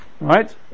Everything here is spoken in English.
Right